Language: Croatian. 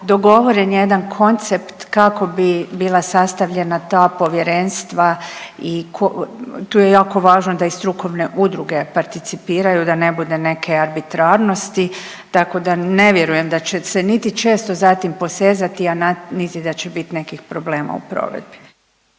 dogovoren je jedan koncept kako bi bila sastavljena ta povjerenstva i tu je jako važno da i strukovne udruge participiraju da ne bude neke arbitrarnosti, tako da ne vjerujem da će se niti često za tim posezati, a niti da će biti nekih problema u provedbi.